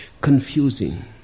confusing